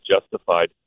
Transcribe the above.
justified